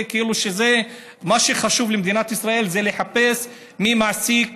מה שחשוב למדינת ישראל זה לחפש מי מעסיק